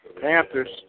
Panthers